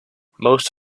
most